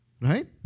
Right